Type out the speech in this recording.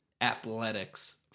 athletics